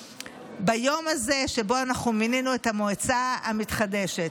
ביום הזה שבו אנחנו מינינו את המועצה המתחדשת.